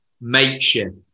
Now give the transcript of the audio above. makeshift